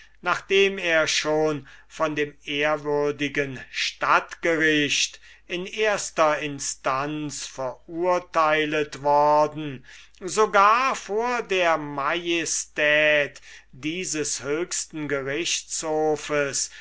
nachdem er schon von dem ehrwürdigen stadtgericht in erster instanz verurteilet worden sogar vor der majestät dieses höchsten gerichtshofes